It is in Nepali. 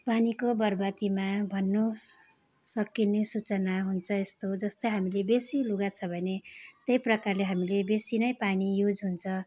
पानीको बर्बादीमा भन्नुहोस् सकिने सूचना हुन्छ यस्तो जस्तै हामीले बेसी लुगा छ भने त्यही प्रकारले हामी बेसी नै पानी युज हुन्छ